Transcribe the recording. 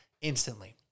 instantly